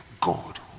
God